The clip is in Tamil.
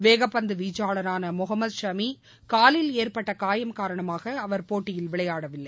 வேகப்பந்து வீச்சாளரான மொகமத் ஷமி காலில் ஏற்பட்ட காரணமாக அவர் இந்த போட்டியில் விளையாடவில்லை